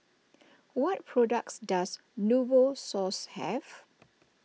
what products does Novosource have